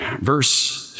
Verse